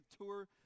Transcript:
tour